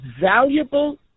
valuable